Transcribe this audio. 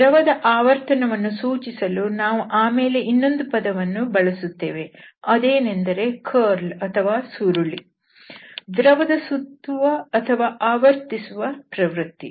ದ್ರವದ ಆವರ್ತನವನ್ನು ಸೂಚಿಸಲು ನಾವು ಆಮೇಲೆ ಇನ್ನೊಂದು ಪದವನ್ನು ಬಳಸುತ್ತೇವೆ ಅದೇನೆಂದರೆ ಸುರುಳಿ ದ್ರವದ ಸುತ್ತುವ ಅಥವಾ ಆವರ್ತಿಸುವ ಪ್ರವೃತ್ತಿ